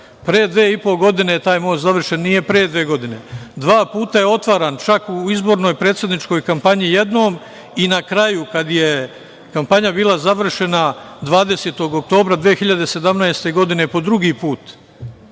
Pre dve i po godine je završen, nije pre dve godine. Dva puta je otvaran, čak i u izbornoj predsedničkoj kampanji jednom i na kraju, kada je kampanja bila završena 20. oktobra 2017. godine po drugi put.